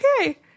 okay